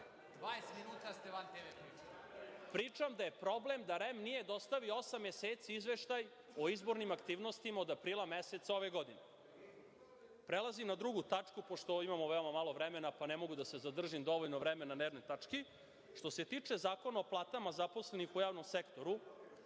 čuli da govorim o REM-u? Pričam da je problem da REM nije dostavio osam meseci izveštaj o izbornim aktivnostima od aprila meseca ove godine. Prelazim na 2. tačku, pošto imamo veoma malo vremena, pa ne mogu da se zadržim dovoljno vremena na jednoj tački. Što se tiče zakona o platama zaposlenih u javnom sektoru,